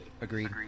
Agreed